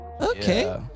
okay